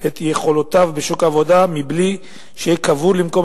את יכולותיו בשוק העבודה מבלי שיהיה כבול למקום